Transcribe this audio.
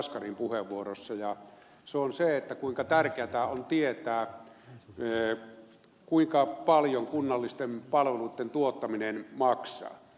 jaskarin puheenvuorossa ja se on se kuinka tärkeätä on tietää kuinka paljon kunnallisten palveluitten tuottaminen maksaa